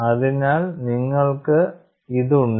അതിനാൽ നിങ്ങൾക്ക് ഇത് ഉണ്ട്